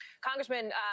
Congressman